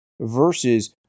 versus